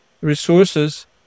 resources